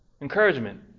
encouragement